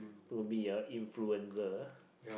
to be a influencer